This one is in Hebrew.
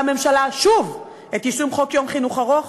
הממשלה שוב את יישום חוק יום חינוך ארוך.